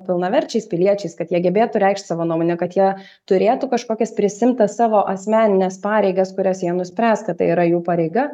pilnaverčiais piliečiais kad jie gebėtų reikšt savo nuomonę kad jie turėtų kažkokias prisiimtas savo asmenines pareigas kurias jie nuspręs kad tai yra jų pareiga